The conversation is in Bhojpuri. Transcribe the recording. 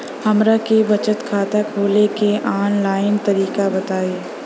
हमरा के बचत खाता खोले के आन लाइन तरीका बताईं?